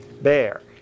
bear